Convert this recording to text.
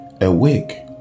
Awake